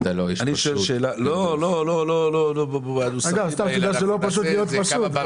לפני שאנחנו מאשרים את הצו